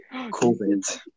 COVID